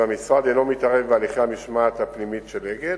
והמשרד אינו מתערב בהליכי המשמעת הפנימית של "אגד".